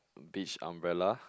beach umbrella